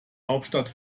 hauptstadt